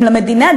אם למדינה,